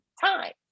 time